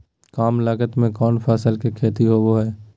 काम लागत में कौन फसल के खेती होबो हाय?